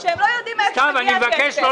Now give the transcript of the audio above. זה הכול.